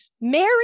mary